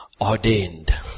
ordained